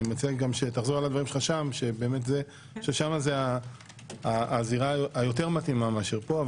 אני מציע שתחזור על דבריך שם שם זה הזירה היותר מתאימה מאשר פה.